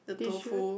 did you